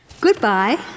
goodbye